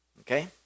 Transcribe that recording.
okay